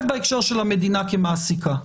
רק בהקשר של המדינה כמעסיקה.